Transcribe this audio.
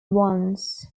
once